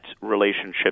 relationship